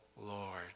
Lord